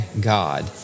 God